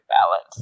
balance